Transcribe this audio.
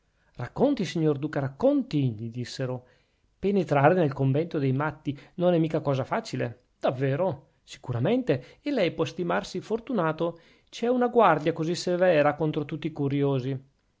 racconti signor duca racconti gli dissero penetrare nel convento dei matti non è mica una cosa facile davvero sicuramente e lei può stimarsi fortunato ci è una guardia così severa contro tutti i curiosi